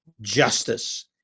justice